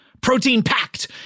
Protein-packed